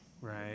right